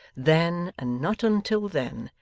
then, and not until then,